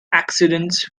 accidents